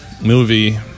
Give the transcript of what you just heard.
movie